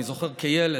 אני זוכר כילד,